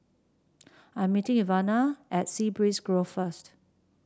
I am meeting Ivana at Sea Breeze Grove first